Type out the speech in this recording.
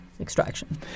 extraction